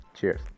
Cheers